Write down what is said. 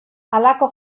halako